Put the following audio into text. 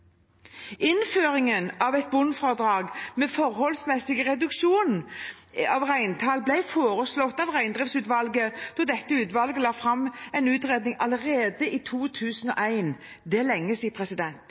Innføringen av et bunnfradrag med en forholdsmessig reduksjon av reintallet ble foreslått av reindriftsutvalget da dette utvalget la fram en utredning allerede i